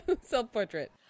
self-portrait